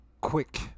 quick